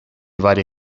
varie